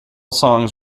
songs